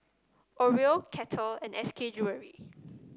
Oreo Kettle and S K Jewellery